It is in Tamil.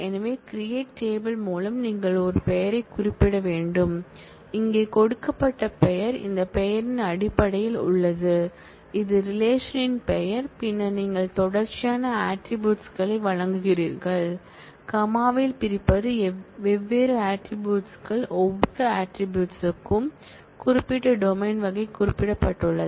எனவே கிரியேட் டேபிள் மூலம் நீங்கள் ஒரு பெயரைக் குறிப்பிட வேண்டும் இங்கே கொடுக்கப்பட்ட பெயர் இந்த பெயரின் அடிப்படையில் உள்ளது இது ரிலேஷன்பெயர் பின்னர் நீங்கள் தொடர்ச்சியான ஆட்ரிபூட்ஸ் களை வழங்குகிறீர்கள் கமால் பிரிப்பது வெவ்வேறு ஆட்ரிபூட்ஸ் கள் ஒவ்வொரு ஆட்ரிபூட்ஸ் க்கும் குறிப்பிட்ட டொமைன் வகை குறிப்பிடப்பட்டுள்ளது